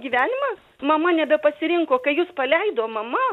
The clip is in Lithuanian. gyvenimą mama nebe pasirinko kai jus paleido mama